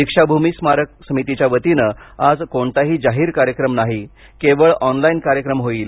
दीक्षाभुमी स्मारक समितीच्यावतीनं आज कोणताही जाहीर कार्यक्रम नाही केवळ ऑनलाईन कार्यक्रम होईल